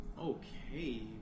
okay